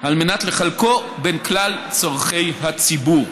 על מנת לחלקו בין כלל צורכי הציבור.